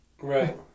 Right